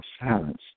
silence